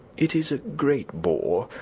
it is a great bore,